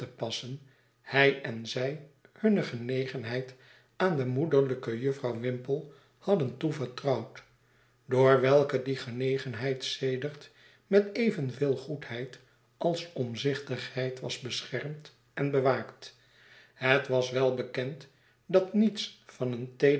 passen hij en zij hunne genegenheid aan de moederlijke jufvrouw whimple hadden toevertrouwd door welke die genegenheid sedert met evenveel goedheid als omzichtigheid was beschermd en bewaakt het was wel bekend dat niets van een